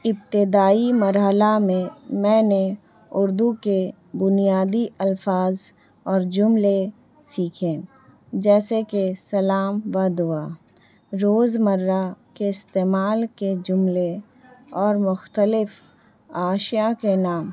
ابتدائی مرحلہ میں میں نے اردو کے بنیادی الفاظ اور جملے سیکھیں جیسے کہ سلام ودعا روزمرہ کے استعمال کے جملے اور مختلف عشیا کے نام